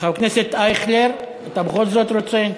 חבר הכנסת אייכלר, אתה בכל זאת רוצה?